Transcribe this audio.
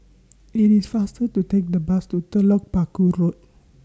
IT IS faster to Take The Bus to Telok Paku Road